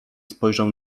spojrzał